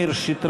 הכנסת.